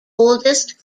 oldest